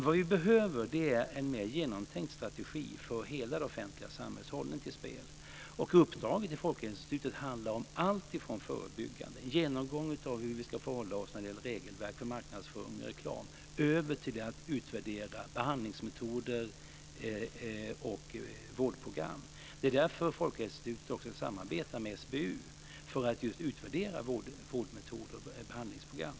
Vad vi behöver är en mer genomtänkt strategi för hela det offentliga samhällets hållning till spel, och uppdraget till Folkhälsoinstitutet handlar om allt från förebyggande, en genomgång av hur vi ska förhålla oss när det gäller regelverk för marknadsföring och reklam, till att utvärdera behandlingsmetoder och vårdprogram. Det är därför Folkhälsoinstitutet också samarbetar med SBU, alltså för att just utvärdera vårdmetoder och behandlingsprogram.